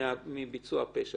מביצוע הפשע.